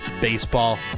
baseball